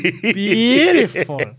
Beautiful